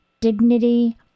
dignity